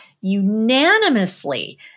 unanimously